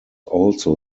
also